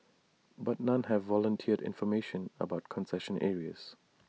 but none have volunteered information about concession areas